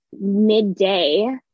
midday